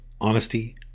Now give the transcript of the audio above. honesty